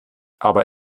aber